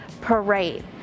parade